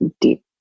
deep